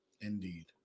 indeed